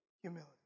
humility